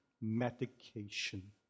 medication